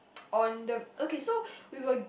on the okay so we were